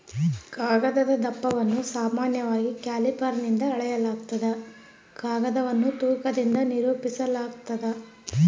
ಕಾಗದದ ದಪ್ಪವನ್ನು ಸಾಮಾನ್ಯವಾಗಿ ಕ್ಯಾಲಿಪರ್ನಿಂದ ಅಳೆಯಲಾಗ್ತದ ಕಾಗದವನ್ನು ತೂಕದಿಂದ ನಿರೂಪಿಸಾಲಾಗ್ತದ